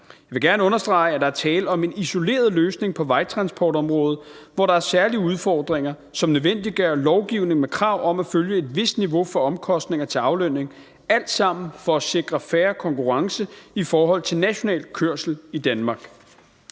Jeg vil gerne understrege, at der er tale om en isoleret løsning på vejtransportområdet, hvor der er særlige udfordringer, som nødvendiggør lovgivning med krav om at følge et vist niveau for omkostninger til aflønning, alt sammen for at sikre fair konkurrence i forhold til national kørsel i Danmark.